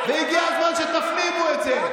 והגיע הזמן שתפנימו את זה.